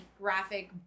graphic